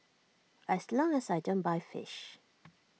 as long as I don't buy fish